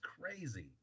crazy